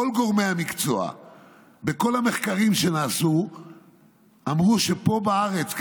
כל גורמי המקצוע בכל המחקרים שנעשו אמרו שפה בארץ,